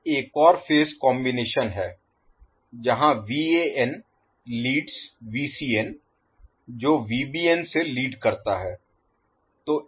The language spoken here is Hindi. अब एक और फेज कॉम्बिनेशन है जहां लीडस् जो से लीड करता है